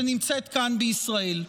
שנמצאת כאן בישראל.